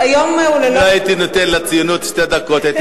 אם לא הייתי נותן לציונות שתי דקות,